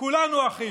כולנו אחים.